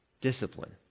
discipline